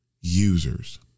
users